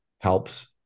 helps